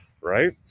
Right